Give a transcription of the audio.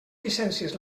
llicències